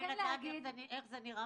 רואים שמשנה לשנה זה גדל עוד כיתה ועוד כיתה.